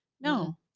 No